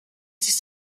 sich